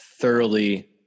thoroughly